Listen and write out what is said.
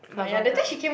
clubber type